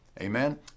Amen